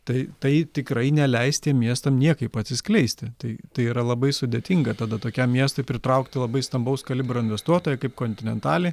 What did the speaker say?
tai tai tikrai neleis tiem miestam niekaip atsiskleisti tai tai yra labai sudėtinga tada tokiam miestui pritraukti labai stambaus kalibro investuotoją kaip kontinentalį